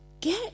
get